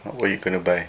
what you going to buy